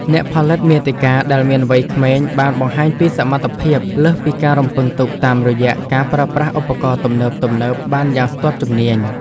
អ្នកផលិតមាតិកាដែលមានវ័យក្មេងបានបង្ហាញពីសមត្ថភាពលើសពីការរំពឹងទុកតាមរយៈការប្រើប្រាស់ឧបករណ៍ទំនើបៗបានយ៉ាងស្ទាត់ជំនាញ។